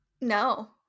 No